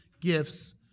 gifts